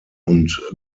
und